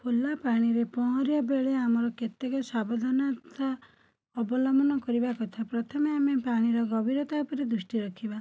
ଖୋଲା ପାଣିରେ ପହଁରିବା ବେଳେ ଆମର କେତେକ ସାବଧାନତା ଅବଲମ୍ବନ କରିବା କଥା ପ୍ରଥମେ ଆମେ ପାଣିର ଗଭିରତା ଉପରେ ଦୃଷ୍ଟି ରଖିବା